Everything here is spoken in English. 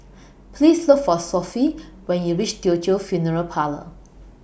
Please Look For Sophie when YOU REACH Teochew Funeral Parlour